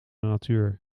natuur